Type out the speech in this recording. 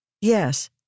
Yes